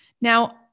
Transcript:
Now